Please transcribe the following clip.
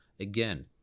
Again